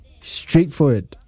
Straightforward